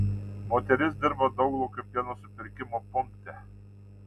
moteris dirba dauglaukio pieno supirkimo punkte